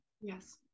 Yes